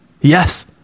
Yes